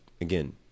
again